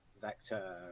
Vector